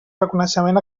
reconeixement